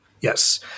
Yes